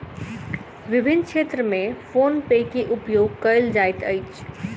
विभिन्न क्षेत्र में फ़ोन पे के उपयोग कयल जाइत अछि